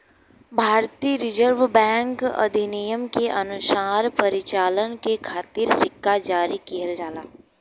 भारतीय reserve bank अधिनियम के अनुसार परिचालन के खातिर सिक्का जारी किहल जाला